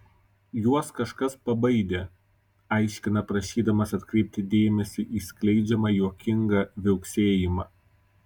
juos kažkas pabaidė aiškina prašydamas atkreipti dėmesį į skleidžiamą juokingą viauksėjimą